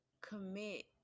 commit